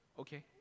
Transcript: Okay